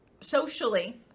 socially